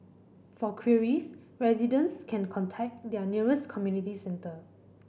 for queries residents can contact their nearest community centre